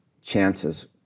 chances